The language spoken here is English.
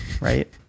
right